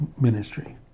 ministry